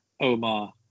Omar